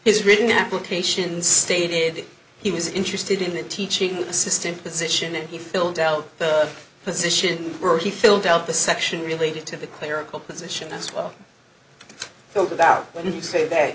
has written application stated he was interested in a teaching assistant position and he filled out a position where he filled out the section related to the clerical position as well filtered out when you say that